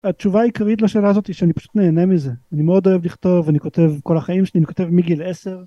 התשובה העקרית לשאלה הזאת היא שאני פשוט נהנה מזה אני מאוד אוהב לכתוב ואני כותב כל החיים שלי אני כותב מגיל 10.